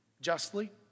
justly